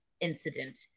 incident